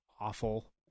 awful